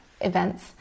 events